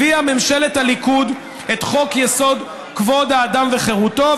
הביאה ממשלת הליכוד את חוק-יסוד: כבוד האדם וחירותו,